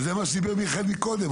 ועל זה דיבר מיכאל מקודם,